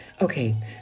Okay